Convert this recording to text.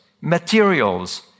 materials